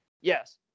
Yes